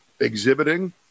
exhibiting